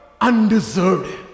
undeserved